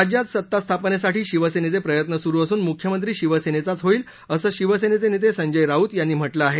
राज्यात सत्ता स्थापनेसाठी शिवसेनेचे प्रयत्न सुरु असून मुख्यमंत्री शिवसेनेचाच होईल असं शिवसेनेचे नेते संजय राऊत यांनी म्हटलं आहे